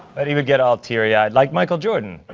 but he would get all teary-eyed, like michael jordan,